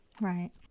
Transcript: Right